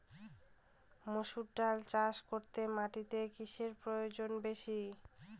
মুসুর ডাল চাষ করতে মাটিতে কিসে প্রয়োজন বেশী?